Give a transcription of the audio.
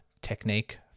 technique